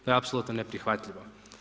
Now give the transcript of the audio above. To je apsolutno neprihvatljivo.